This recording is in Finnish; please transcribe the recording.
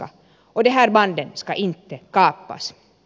och de här banden ska inte kapas